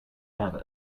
have